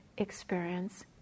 experience